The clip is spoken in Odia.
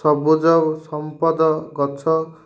ସବୁଜ ଓ ସମ୍ପଦ ଗଛ